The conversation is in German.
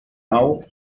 auf